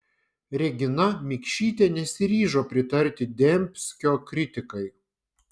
regina mikšytė nesiryžo pritarti dembskio kritikai